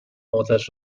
اتش